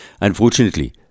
Unfortunately